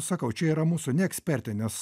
sakau čia yra mūsų neekspertinis